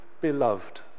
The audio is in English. Beloved